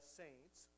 saints